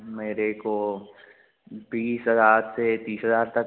मेरे को बीस हज़ार से तीस हज़ार तक